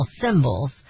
symbols